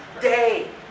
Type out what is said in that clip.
day